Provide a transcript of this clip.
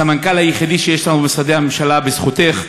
הסמנכ"ל היחידי שיש לנו במשרדי הממשלה הוא בזכותך,